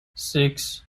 six